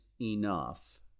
enough